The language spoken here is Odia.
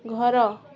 ଘର